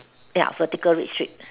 ya vertical red strip